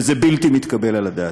וזה בלתי מתקבל על הדעת.